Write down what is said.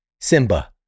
Simba